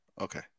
Okay